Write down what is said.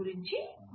గురించి మాట్లాడతాము